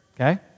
okay